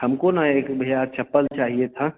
हमको ना एक भैया चप्पल चाहिए था